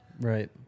Right